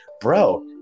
bro